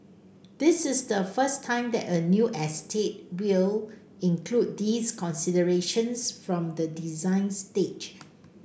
this is the first time that a new estate will include these considerations from the design stage